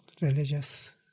religious